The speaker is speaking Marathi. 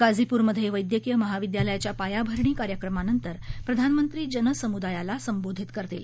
गाझीप्रमध्ये वैद्यकीय महाविद्यालयाच्या पायाभरणी कार्यक्रमानंतर प्रधानमंत्री जनसमुदायाला संबोधित करतील